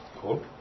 Cool